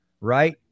right